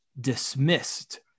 dismissed